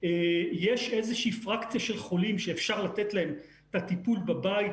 יש איזושהי פרקציה של חולים שאפשר לתת להם את הטיפול בבית,